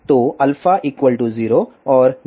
तो α 0 और γjβ